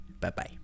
Bye-bye